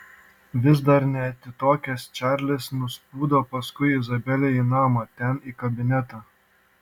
vis dar neatitokęs čarlis nuspūdino paskui izabelę į namą ten į kabinetą